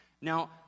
now